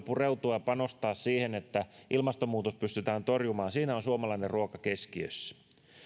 pureutua ja panostaa siihen että ilmastonmuutos pystytään torjumaan siinä on suomalainen ruoka keskiössä